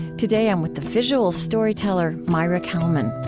today, i'm with the visual storyteller maira kalman